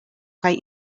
kaj